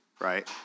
right